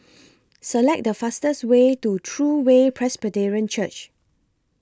Select The fastest Way to True Way Presbyterian Church